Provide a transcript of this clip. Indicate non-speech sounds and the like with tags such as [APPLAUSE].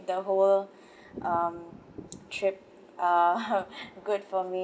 the whole um trip uh [LAUGHS] good for me